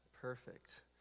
perfect